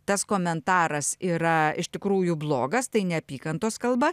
tas komentaras yra iš tikrųjų blogas tai neapykantos kalba